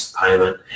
payment